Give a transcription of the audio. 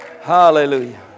Hallelujah